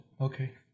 okay